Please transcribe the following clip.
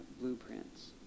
blueprints